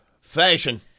Fashion